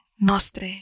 Nostre